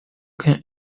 can